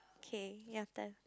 okay your turn